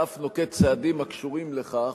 ואף נוקט צעדים הקשורים לכך,